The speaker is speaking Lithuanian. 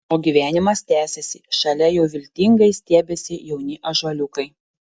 o gyvenimas tęsiasi šalia jau viltingai stiebiasi jauni ąžuoliukai